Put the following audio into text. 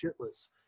shitless